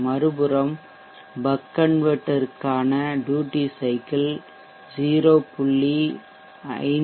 மறுபுறம் பக் கன்வெர்ட்டர்க்கான duty cycle 0